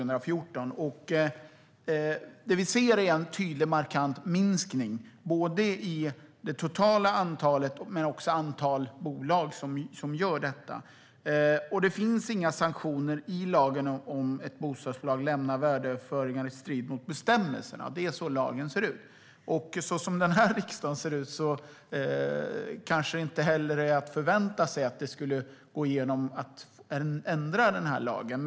Det vi ser är en markant minskning i det totala antalet men också i antalet bolag som gör detta. Och det finns inga sanktioner i lagen om ett bostadsbolag lämnar värdeöverföringar i strid med bestämmelserna. Det är så lagen ser ut. Och så som den här riksdagen ser ut kanske det inte heller är att förvänta sig att en ändring av lagen skulle gå igenom.